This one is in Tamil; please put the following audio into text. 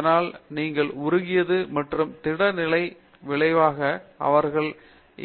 அதனால் நீங்கள் உருகியது மற்றும் திட நிலை விளைவாக அவர்கள்